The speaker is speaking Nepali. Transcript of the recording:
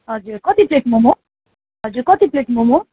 हजुर कति प्लेट मोमो हजुर कति प्लेट मोमो